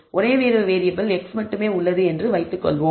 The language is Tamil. ஒரே ஒரு வேறியபிள் x மட்டுமே உள்ளது என்று வைத்துக் கொள்வோம்